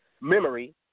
memory